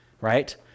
right